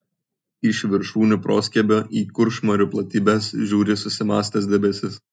iš viršūnių proskiebio į kuršmarių platybes žiūri susimąstęs debesis